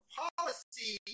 policy